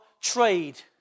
trade